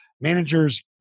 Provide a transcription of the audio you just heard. Managers